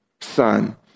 son